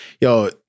yo